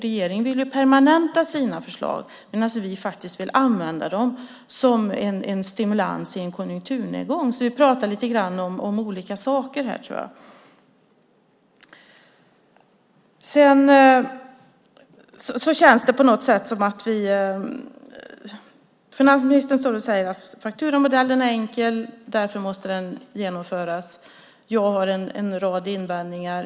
Regeringen vill permanenta sina förslag medan vi vill använda förslagen som en stimulans i en konjunkturnedgång. Vi pratar lite grann om olika saker här, tror jag. Finansministern säger att fakturamodellen är enkel och att den därför måste genomföras. Jag har en rad invändningar.